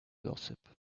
gossip